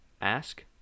ask